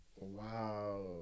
Wow